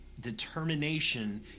determination